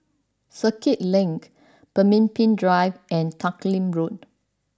Circuit Link Pemimpin Drive and Teck Lim Road